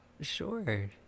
Sure